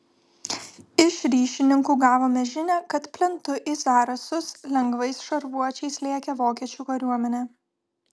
iš ryšininkų gavome žinią kad plentu į zarasus lengvais šarvuočiais lėkė vokiečių kariuomenė